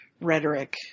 rhetoric